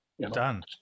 Done